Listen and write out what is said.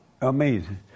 Amazing